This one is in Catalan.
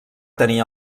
tenir